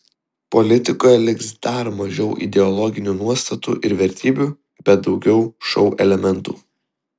politikoje liks dar mažiau ideologinių nuostatų ir vertybių bet daugiau šou elementų